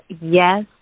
yes